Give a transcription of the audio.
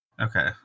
Okay